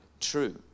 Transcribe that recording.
true